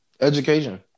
Education